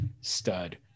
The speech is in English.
stud